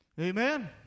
Amen